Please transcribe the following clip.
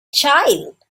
child